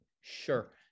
Sure